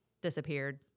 disappeared